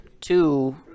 two